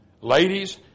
Ladies